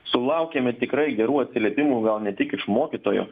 sulaukiame tikrai gerų atsiliepimų gal ne tik iš mokytojų